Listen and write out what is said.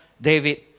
David